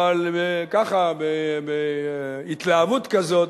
אבל ככה, בהתלהבות כזאת,